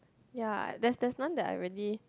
ya there's there's none that I really